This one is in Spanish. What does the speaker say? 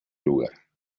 lugar